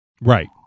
Right